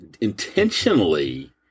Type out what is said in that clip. intentionally